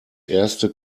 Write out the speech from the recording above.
erste